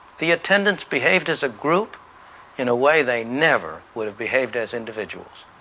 the attendants behaved as a group in a way they never would have behaved as individuals.